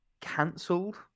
cancelled